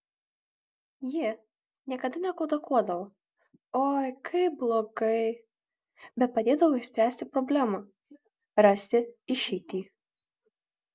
ji niekada nekudakuodavo oi kaip blogai bet padėdavo išspręsti problemą rasti išeitį